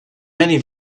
many